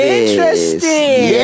interesting